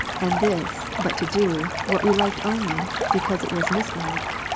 and this, but to do, what we liked only, because it was misliked.